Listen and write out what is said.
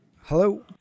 Hello